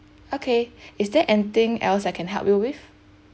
okay is there anything else I can help you with